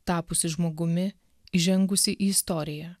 tapusį žmogumi įžengusį į istoriją